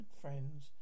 friends